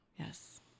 Yes